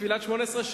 תפילת שמונה-עשרה,